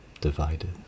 divided